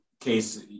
Case